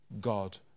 God